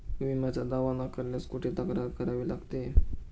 विम्याचा दावा नाकारल्यास कुठे तक्रार करावी लागते?